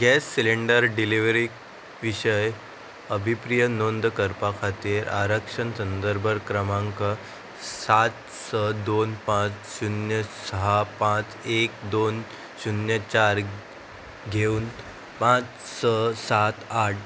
gas cylinder delivery विशय अभिप्रीय नोंद करपा खातीर आरक्षण संदर्भ क्रमांक सात स दोन पांच शुन्य साह एक दोन शुन्य चार घेवन पांच स सात आठ